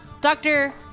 Doctor